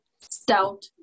stout